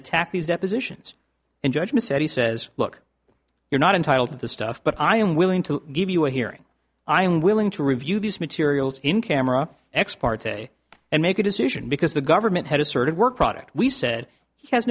attack these depositions in judgment he says look you're not entitled to the stuff but i am willing to give you a hearing i am willing to review these materials in camera ex parte and make a decision because the government had a certain work product we said he has